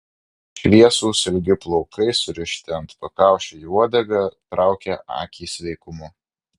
šviesūs ilgi plaukai surišti ant pakaušio į uodegą traukė akį sveikumu